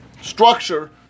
structure